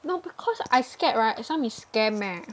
no because I scared right some is scam eh